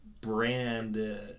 brand